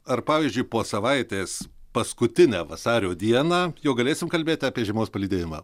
ar pavyzdžiui po savaitės paskutinę vasario dieną jau galėsim kalbėti apie žiemos palydėjimą